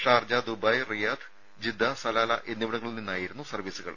Sharjah Dubai Riyadh Jeddah Salalah എന്നിവിടങ്ങളിൽ നിന്നായിരുന്നു സർവ്വീസുകൾ